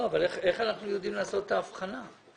איך אנחנו יודעים לעשות את ההבחנה?